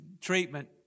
treatment